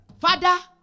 Father